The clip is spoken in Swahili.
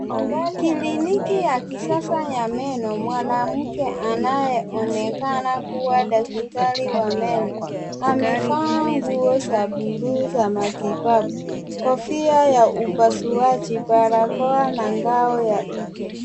Kliniki ya kisasa ya meno, mwanamke anayeonekana kuwa daktari wa meno, amevaa nguo za buluu za matibabu, kofia ya upasuaji, barakoa na ngao ya uso.